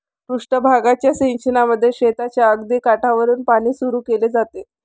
पृष्ठ भागाच्या सिंचनामध्ये शेताच्या अगदी काठावरुन पाणी सुरू केले जाते